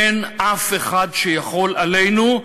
אין אף אחד שיכול עלינו,